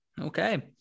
Okay